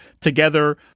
together